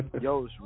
Yo